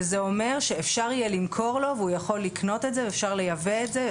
וזה אומר שאפשר יהיה למכור לו והוא יכול לקנות את זה ואפשר לייבא את זה.